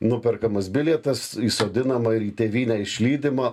nuperkamas bilietas įsodinama ir į tėvynę išlydima